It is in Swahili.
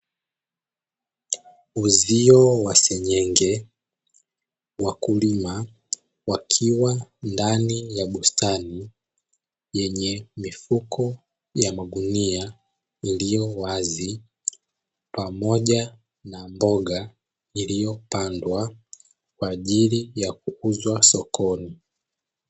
Uzio wa senyenge, wakulima wakiwa ndani ya bustani yenye mifuko ya magunia iliyo wazi, pamoja na mboga iliyopandwa kwa ajili ya kuuzwa sokoni.